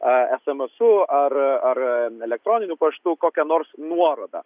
esemesu ar ar elektroniniu paštu kokią nors nuorodą